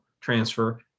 transfer